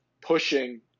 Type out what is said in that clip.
pushing